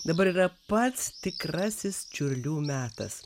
dabar yra pats tikrasis čiurlių metas